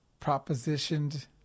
propositioned